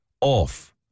off